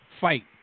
fight